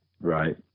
right